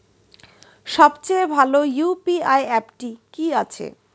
সবচেয়ে ভালো ইউ.পি.আই অ্যাপটি কি আছে?